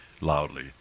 loudly